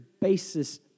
basis